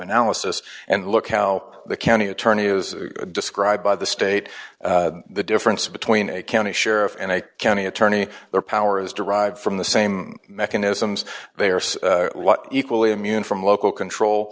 analysis and look how the county attorney is described by the state the difference between a county sheriff and i can e attorney their power is derived from the same mechanisms they are so equally immune from local control